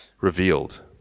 revealed